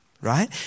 right